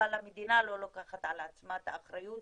אבל המדינה לא לוקחת על עצמה את האחריות